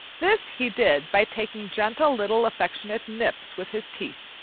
this he did by taking gentle little affectionate nips with his teeth.